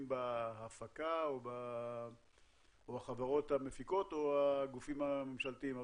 בהפקה או החברות המפיקות או הגופים הממשלתיים.